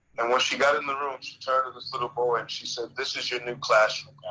and once she got in the room, she turned to this little boy and she said, this is your new classroom